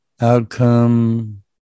outcome